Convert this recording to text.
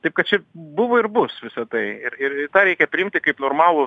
taip kad čia buvo ir bus visa tai ir ir ir tą reikia priimti kaip normalų